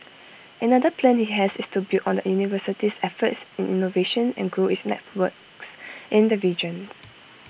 another plan he has is to build on the university's efforts in innovation and grow its networks in the region